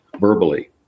verbally